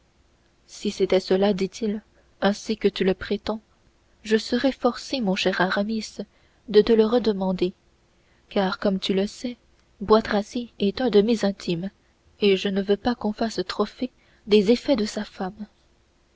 si cela était dit-il ainsi que tu le prétends je serais forcé mon cher aramis de te le redemander car comme tu le sais boistracy est de mes intimes et je ne veux pas qu'on fasse trophée des effets de sa femme